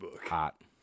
Hot